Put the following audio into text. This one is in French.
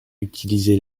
utilisé